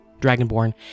dragonborn